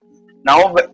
Now